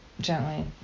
gently